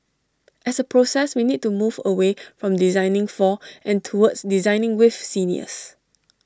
as A process we need to move away from designing for and towards designing with seniors